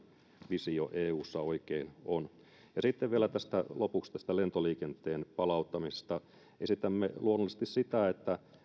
visio eussa oikein on sitten vielä lopuksi tästä lentoliikenteen palauttamisesta esitämme luonnollisesti sitä että